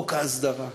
חוק ההסדרה,